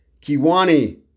Kiwani